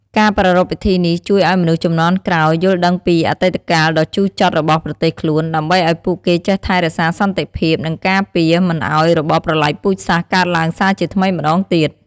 ការប្រារព្ធពិធីនេះជួយឲ្យមនុស្សជំនាន់ក្រោយយល់ដឹងពីអតីតកាលដ៏ជូរចត់របស់ប្រទេសខ្លួន ដើម្បីឲ្យពួកគេចេះថែរក្សាសន្តិភាព និងការពារមិនឲ្យរបបប្រល័យពូជសាសន៍កើតឡើងសារជាថ្មីម្តងទៀត។